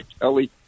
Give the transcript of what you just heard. Kelly